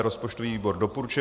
Rozpočtový výbor doporučuje